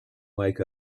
wake